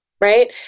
right